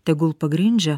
tegul pagrindžia